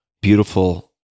beautiful